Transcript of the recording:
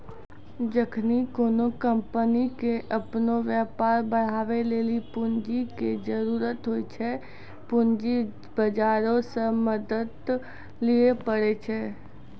जखनि कोनो कंपनी के अपनो व्यापार बढ़ाबै लेली पूंजी के जरुरत होय छै, पूंजी बजारो से मदत लिये पाड़ै छै